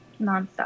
nonstop